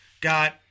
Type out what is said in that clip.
got